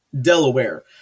Delaware